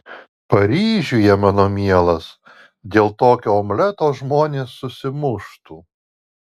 paryžiuje mano mielas dėl tokio omleto žmonės susimuštų